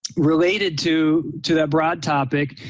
related to to that broad topic.